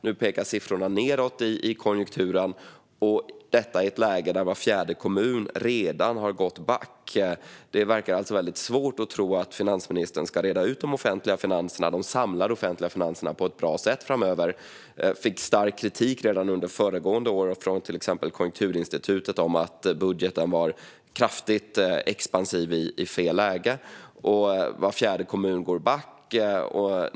Nu pekar siffrorna nedåt i konjunkturen; detta i ett läge där var fjärde kommun redan har gått back. Det verkar alltså svårt att tro att finansministern ska reda ut de samlade offentliga finanserna på ett bra sätt framöver. Redan under föregående år kom stark kritik från till exempel Konjunkturinstitutet om att budgeten var kraftigt expansiv i fel läge. Var fjärde kommun går back.